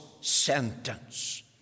sentence